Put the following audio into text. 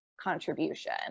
contribution